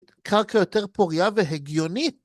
קרקע יותר פורייה והגיונית